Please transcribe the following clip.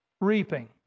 reaping